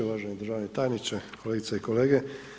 Uvaženi državni tajniče, kolegice i kolege.